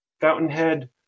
Fountainhead